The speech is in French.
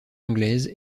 anglaise